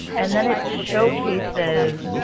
and then it showcases,